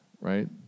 right